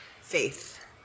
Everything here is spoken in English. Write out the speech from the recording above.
faith